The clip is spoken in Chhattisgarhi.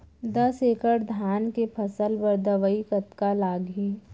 दस एकड़ धान के फसल बर दवई कतका लागही?